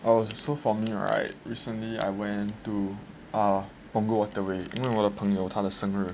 oh so for me right recently I went to ah Punggol waterway 因为我的朋友她的生日